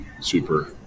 super